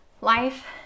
Life